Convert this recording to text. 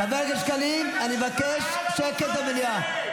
חבר הכנסת שקלים, אני מבקש שקט במליאה.